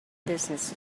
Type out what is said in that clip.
business